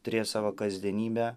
turėjo savo kasdienybę